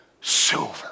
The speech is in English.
silver